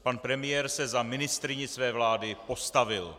Pan premiér se za ministryni své vlády postavil.